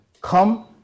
come